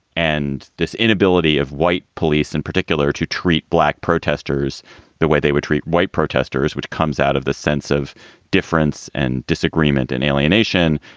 and this inability of white police in particular to treat black protesters the way they would treat white protesters, which comes out of the sense of difference and disagreement and alienation.